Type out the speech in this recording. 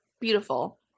beautiful